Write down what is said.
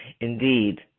Indeed